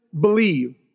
believe